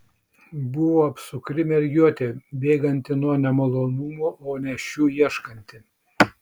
buvo apsukri mergiotė bėganti nuo nemalonumų o ne šių ieškanti